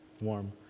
warm